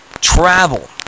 travel